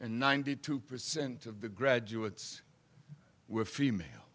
and ninety two percent of the graduates were female